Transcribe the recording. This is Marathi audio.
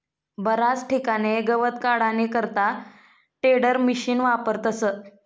बराच ठिकाणे गवत काढानी करता टेडरमिशिन वापरतस